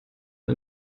der